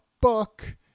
book